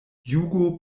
jugo